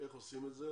איך עושים את זה,